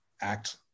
act